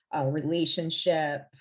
relationship